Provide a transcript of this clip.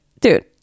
dude